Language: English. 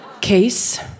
Case